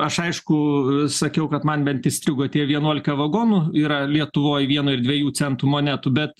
aš aišku sakiau kad man bent įstrigo tie vienuolika vagonų yra lietuvoj vieno ir dviejų centų monetų bet